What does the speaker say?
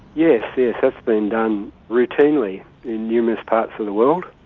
yes, yes that's been done routinely in numerous parts of the world,